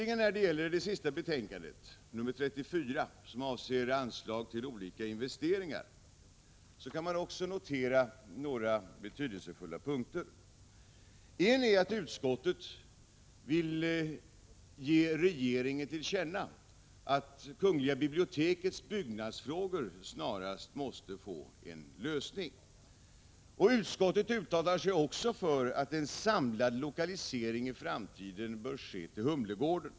I fråga om det sista betänkandet, 34, som avser anslag till olika investeringar, kan man notera några betydelsefulla punkter. En är att utskottet vill ge regeringen till känna att de frågor som rör Kungliga bibliotekets byggnader snarast måste få en lösning. Utskottet uttalar sig också för en samlad lokalisering till Humlegården i framtiden.